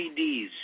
CDs